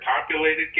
populated